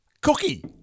Cookie